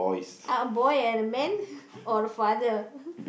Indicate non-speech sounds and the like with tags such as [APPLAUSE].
uh a boy and a man [LAUGHS] or a father